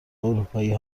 اروپایی